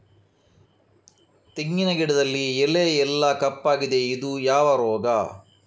ತೆಂಗಿನ ಗಿಡದಲ್ಲಿ ಎಲೆ ಎಲ್ಲಾ ಕಪ್ಪಾಗಿದೆ ಇದು ಯಾವ ರೋಗ?